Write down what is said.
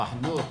בוקר טוב לכולם,